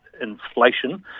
inflation